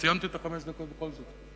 סיימתי את החמש דקות בכל זאת.